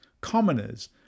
commoners